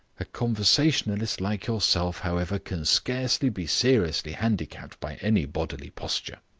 a conversationalist like yourself, however, can scarcely be seriously handicapped by any bodily posture.